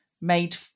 made